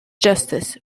justice